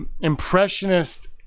impressionist